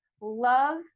love